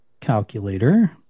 calculator